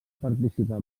participar